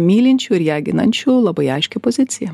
mylinčių ir ją ginančių labai aiški pozicija